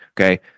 Okay